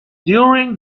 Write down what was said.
during